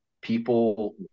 people